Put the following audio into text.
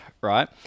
right